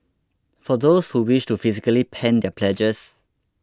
for those who wish to physically pen their pledges